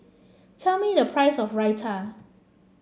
tell me the price of Raita